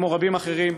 כמו רבים אחרים,